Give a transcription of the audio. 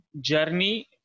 journey